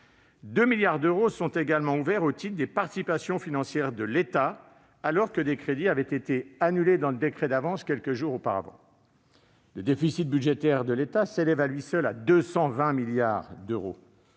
2 milliards d'euros sont ouverts au titre des participations financières de l'État alors que des crédits avaient été annulés dans le décret d'avance quelques jours auparavant. Le déficit budgétaire de l'État s'élève à lui seul à 220 milliards d'euros.